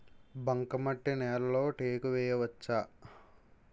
బంకమట్టి నేలలో టేకు వేయవచ్చా?